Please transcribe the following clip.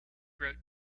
wrote